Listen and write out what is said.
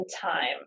time